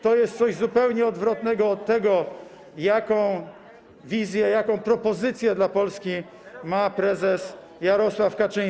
To jest coś zupełnie odwrotnego do tego, jaką wizję, jaką propozycję dla Polski ma prezes Jarosław Kaczyński.